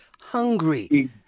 hungry